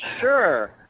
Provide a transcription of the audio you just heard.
Sure